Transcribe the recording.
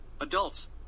adults